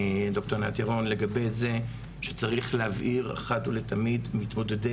לגבי זה שצריך להבהיר אחת ולתמיד - מתמודדי